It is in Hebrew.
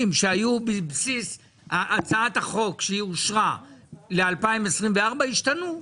שהיו בבסיס הצעת החוק שהיא אושרה ל-2024 השתנו,